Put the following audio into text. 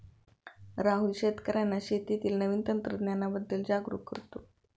राहुल शेतकर्यांना शेतीतील नवीन तंत्रांबद्दल जागरूक करतो